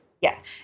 Yes